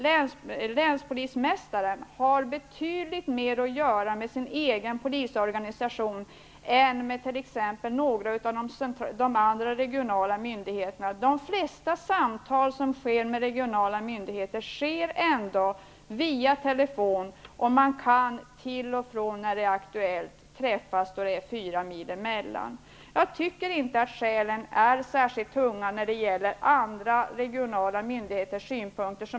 Länspolismästaren har betydligt mer att göra med sin egen polisorganisation än med t.ex. några av de andra regionala myndigheterna. De flesta samtal som sker med regionala myndigheter sker ändå via telefon. När det är aktuellt går det att träffas när det är bara fyra mils avstånd. Jag tycker inte att skälen väger särskilt tungt när det gäller andra regionala myndigheters synpunkter.